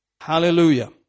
Hallelujah